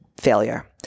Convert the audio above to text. Failure